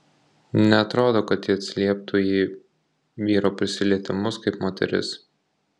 neatrodo kad ji atsilieptų į vyro prisilietimus kaip moteris